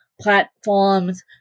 platforms